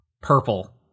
purple